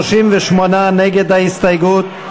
38 נגד ההסתייגות.